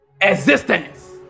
existence